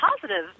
positive